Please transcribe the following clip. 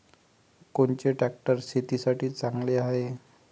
कोनचे ट्रॅक्टर शेतीसाठी चांगले हाये?